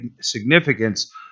significance